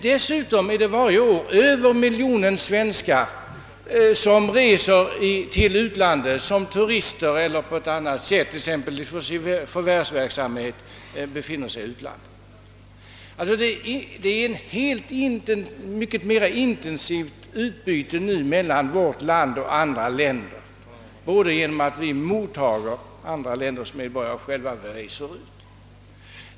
Dessutom reser varje år över miljonen svenskar till utlandet såsom turister eller på annat sätt, t.ex. i sin förvärvsverksamhet. Det är nu ett mycket intensivare utbyte mellan vårt land och andra länder än tidigare både genom att vi mottager andra länders medborgare och genom att vi själva reser ut.